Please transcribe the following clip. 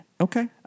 Okay